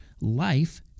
life